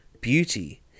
beauty